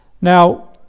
Now